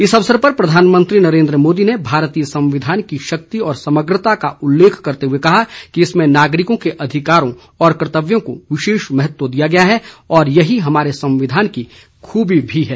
इस अवसर पर प्रधानमंत्री नरेन्द्र मोदी ने भारतीय संविधान की शक्ति और समग्रता का उल्लेख करते हुए कहा कि इसमें नागरिकों के अधिकारों और कर्त्तव्यों को विशेष महत्व दिया गया है और यही हमारे संविधान की खूबी भी है